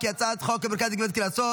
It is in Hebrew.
ההצעה להעביר את הצעת חוק המרכז לגביית קנסות,